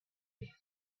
thought